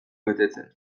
betetzen